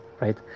right